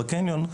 בקניון.